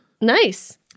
Nice